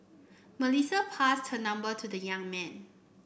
Melissa passed her number to the young man